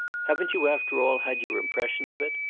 haven't you after all had your impression of it?